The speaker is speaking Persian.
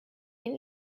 این